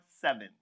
seven